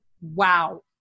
wow